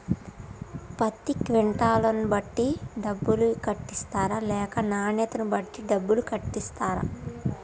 పత్తి క్వింటాల్ ను బట్టి డబ్బులు కట్టిస్తరా లేక నాణ్యతను బట్టి డబ్బులు కట్టిస్తారా?